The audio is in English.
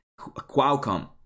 qualcomm